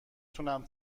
تونم